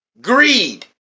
Greed